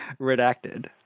Redacted